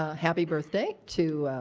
ah happy birthday to